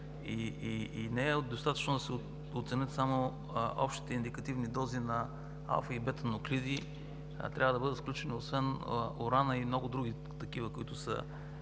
И не е достатъчно да се оценят само общите индикативни дози на алфа и бета нуклеиди, а трябва да бъдат включени освен урана и много други, които са